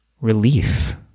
relief